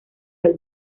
del